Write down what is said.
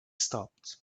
stopped